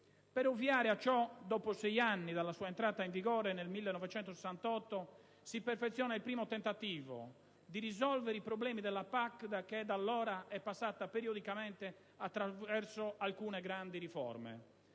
Per ovviare a ciò, dopo sei anni dalla sua entrata in vigore, nel 1968, si perfeziona il primo tentativo di risolvere i problemi della PAC, che da allora è passata periodicamente attraverso alcune grandi riforme.